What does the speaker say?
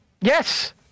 yes